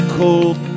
cold